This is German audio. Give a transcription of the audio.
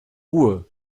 ruhe